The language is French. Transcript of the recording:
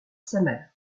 sameer